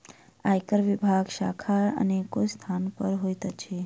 आयकर विभागक शाखा अनेको स्थान पर होइत अछि